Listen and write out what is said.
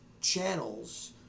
channels